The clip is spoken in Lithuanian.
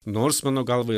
nors mano galva